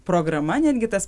programa netgi tas